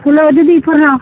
hello दीदी प्रणाम